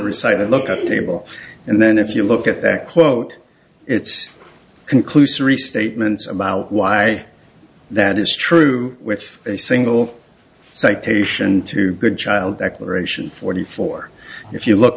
reciting look at the table and then if you look at that quote it's conclusory statements about why that is true with a single citation to good child declaration forty four if you look